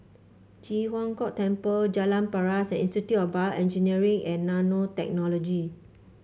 Ji Huang Kok Temple Jalan Paras and Institute of BioEngineering and Nanotechnology